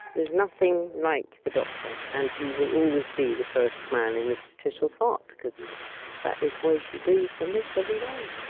there's nothing like the doctor, and he will always be the first man in mrs. tishell's heart, cause that is why she breathes and lives every day.